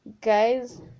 guys